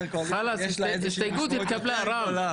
ההסתייגות התקבלה, רם.